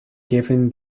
given